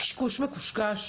קשקוש מקושקש.